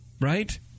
Right